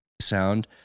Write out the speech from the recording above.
sound